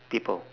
people